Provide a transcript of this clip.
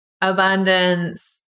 abundance